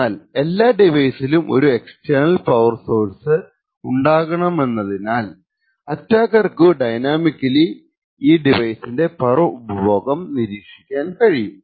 എന്നാൽ എല്ലാ ഡിവൈസിനും ഒരു എക്സ്റ്റർണൽ പവർ സോഴ്സ് ഉണ്ടാകണമെന്നതിനാൽ അറ്റാക്കർക്കു ഡൈനാമിക്കലി ഈ ഡിവൈസിന്റെ പവർ ഉപഭോഗം നിരീക്ഷിക്കാൻ കഴിയും